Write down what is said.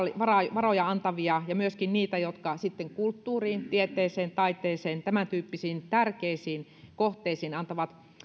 varojaan antavia ja myöskin niitä jotka sitten kulttuuriin tieteeseen taiteeseen tämäntyyppisiin tärkeisiin kohteisiin antavat